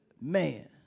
man